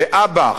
באב"כ,